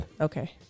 Okay